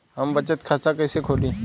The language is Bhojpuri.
हम बचत खाता कइसे खोलीं?